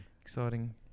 Exciting